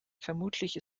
vermutlich